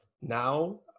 now